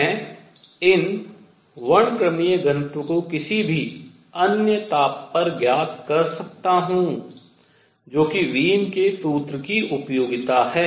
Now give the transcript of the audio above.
मैं इन वर्णक्रमीय घनत्व को किसी भी अन्य ताप पर ज्ञात कर सकता हूँ जो कि वीन के सूत्र की उपयोगिता है